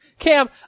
Cam